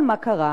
אבל מה קרה?